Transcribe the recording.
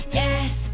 yes